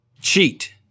Cheat